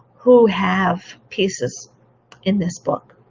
who have pieces in this book.